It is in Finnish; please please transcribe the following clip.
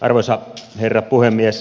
arvoisa herra puhemies